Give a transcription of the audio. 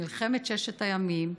מלחמת ששת הימים,